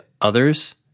others